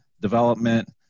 development